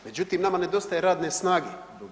Međutim, nama nedostaje radne snage.